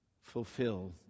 fulfill